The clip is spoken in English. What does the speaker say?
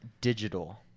digital